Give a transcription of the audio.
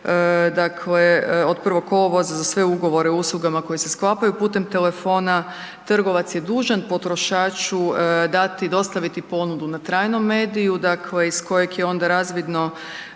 dakle, od 1. kolovoza za sve ugovore o uslugama koje se sklapaju putem telefona, trgovac je dužan potrošaču dati, dostaviti ponudu na trajnom mediju, dakle iz kojeg je onda razvidno